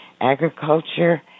agriculture